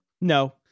No